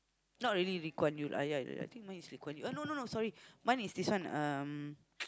not really Lee Kuan Yew lah ah ya ya I think mine is Lee Kuan Yew ah no no no sorry mine is this one um